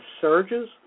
surges